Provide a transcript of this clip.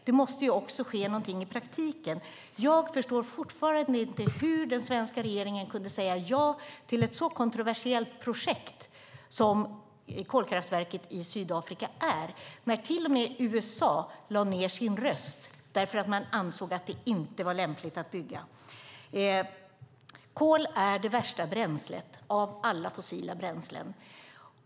Det måste ske något i praktiken. Jag förstår fortfarande inte hur den svenska regeringen kunde säga ja till ett sådant kontroversiellt projekt som kolkraftverket i Sydafrika när till och med USA lade ned sin röst för att man ansåg att det inte var lämpligt att bygga. Kol är det värsta bränslet av alla fossila bränslen.